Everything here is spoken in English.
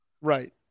Right